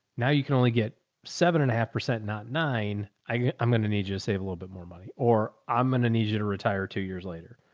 now you can only get seven and a half percent, not nine. i'm going to need you to save a little bit more money, or i'm going to need you to retire two years later.